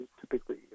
typically